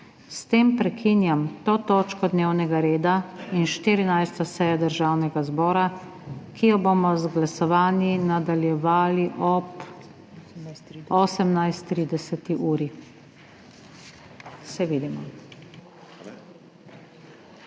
S tem prekinjam to točko dnevnega reda in 14. sejo Državnega zbora, ki jo bomo z glasovanji nadaljevali ob 18.30. Se vidimo!